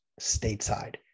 stateside